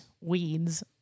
weeds